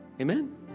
Amen